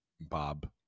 Bob